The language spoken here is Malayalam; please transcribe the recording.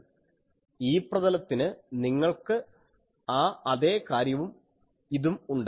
E പ്രതലത്തിന് നിങ്ങൾക്ക് ആ അതേ കാര്യവും ഇതും ഉണ്ട്